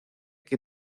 que